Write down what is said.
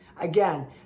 again